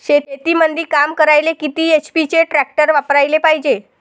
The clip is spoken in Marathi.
शेतीमंदी काम करायले किती एच.पी चे ट्रॅक्टर वापरायले पायजे?